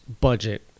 budget